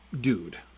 dude